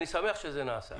אני שמח שזה נעשה.